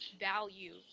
value